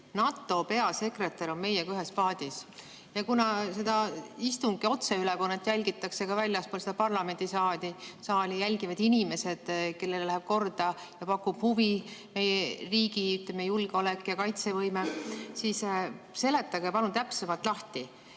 "NATO peasekretär on meiega ühes paadis". Kuna seda istungi otseülekannet jälgitakse ka väljaspool parlamendisaali, seda jälgivad inimesed, kellele läheb korda ja pakub huvi meie riigi julgeolek ja kaitsevõime, siis seletage palun täpsemalt lahti.